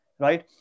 right